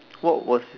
what was